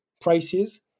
prices